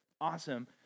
Awesome